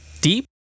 deep